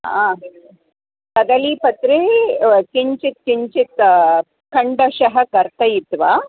हा कदलीपत्रे किञ्चित् किञ्चित् खण्डशः कर्तयित्वा